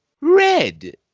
red